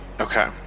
Okay